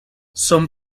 son